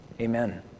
Amen